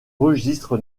registre